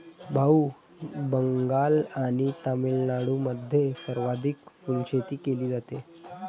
भाऊ, बंगाल आणि तामिळनाडूमध्ये सर्वाधिक फुलशेती केली जाते